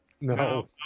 no